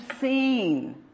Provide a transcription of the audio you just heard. seen